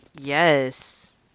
yes